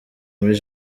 muri